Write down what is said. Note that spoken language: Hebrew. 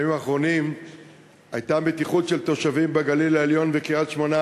בימים האחרונים הייתה מתיחות בקרב תושבים בגליל העליון וקריית-שמונה,